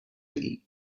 eat